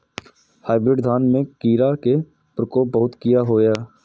Hybrid धान में कीरा के प्रकोप बहुत किया होया?